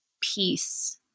peace